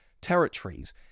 territories